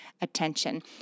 attention